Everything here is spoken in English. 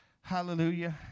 Hallelujah